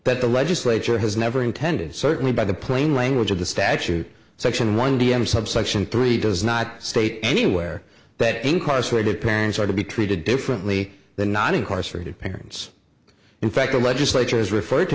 but the legislature has never intended certainly by the plain language of the statute section one d m subsection three does not state anywhere betty incarcerated parents are to be treated differently than not incarcerated parents in fact the legislature is refer